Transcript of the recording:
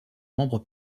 membre